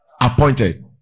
appointed